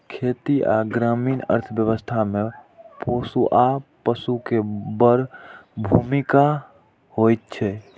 खेती आ ग्रामीण अर्थव्यवस्था मे पोसुआ पशु के बड़ भूमिका होइ छै